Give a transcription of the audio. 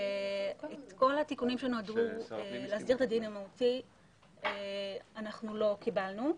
את כל התיקונים שנועדו להסדיר את הדין המהותי אנחנו לא קיבלנו.